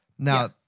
Now